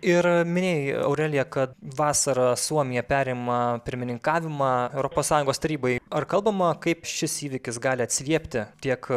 ir minėjai aurelija kad vasarą suomija perima pirmininkavimą europos sąjungos tarybai ar kalbama kaip šis įvykis gali atsiliepti tiek